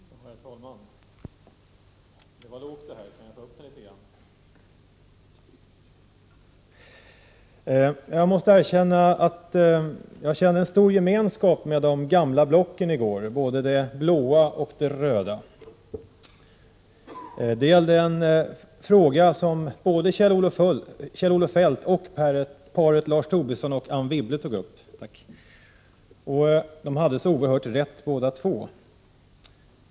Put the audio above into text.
Herr talman! Jag måste erkänna att jag i går kände en stor gemenskap med de gamla blocken — både det blå och det röda. Det gällde en fråga som både Kjell-Olof Feldt och paret Lars Tobisson och Anne Wibble tog upp. De hade så oerhört rätt allesammans.